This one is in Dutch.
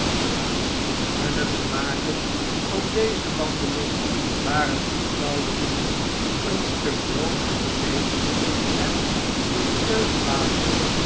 hunne vermaken op deze wandeling waren eenvoudig genoeg een stuk brood en vleesch en eene teug water